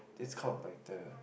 it's called like the